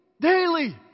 daily